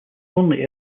only